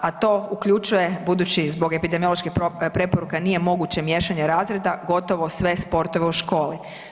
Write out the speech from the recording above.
A to uključuje, budući zbog epidemioloških preporuka nije moguće miješanje razreda, gotovo sve sportove u školi.